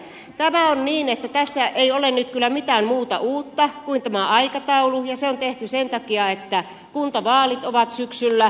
tämä on niin että tässä ei ole nyt kyllä mitään muuta uutta kuin tämä aikataulu ja se on tehty sen takia että kuntavaalit ovat syksyllä